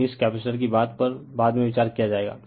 तो इस कैपेसिटर की बात पर बाद में विचार किया जाएगा